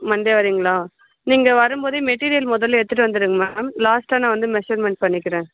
Monday வர்றீங்களா நீங்கள் வரும்போது மெட்டிரியல் முதல்ல எடுத்துட்டு வந்துடுங்க மேம் லாஸ்ட்டாக நான் வந்து மெஷர்மண்ட் பண்ணிக்கிறேன்